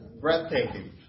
breathtaking